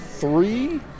Three